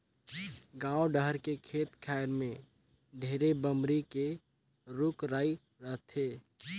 गाँव डहर के खेत खायर में ढेरे बमरी के रूख राई रथे